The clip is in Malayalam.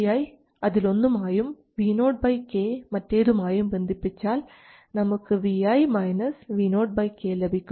Vi അതിലൊന്നുമായും Vo k മറ്റേതുമായും ബന്ധിപ്പിച്ചാൽ നമുക്ക് Vi Vo k ലഭിക്കും